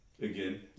Again